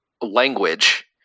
language